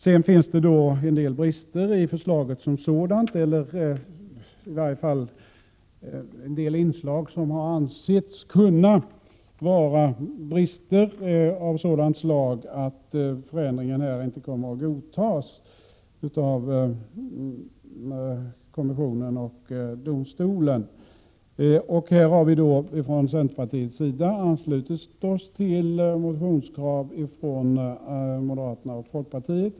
Sedan finns det en del brister i förslaget som sådant, i varje fall en del inslag som har ansetts kunna vara brister av sådant slag att förändringen inte kommer att godtas av kommissionen och domstolen. Här har vi från centerpartiets sida anslutit oss till motionskrav från moderaterna och folkpartiet.